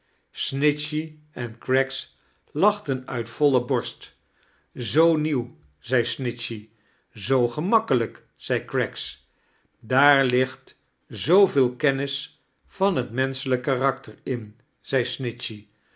snitchey en qraggs lachten uit voile borst zoo nieuw zei snitchey zoo gemakkelijk zei craggs daar ligt zooveel kennis van het menschemjk karakter in zei